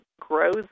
grows